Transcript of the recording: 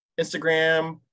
Instagram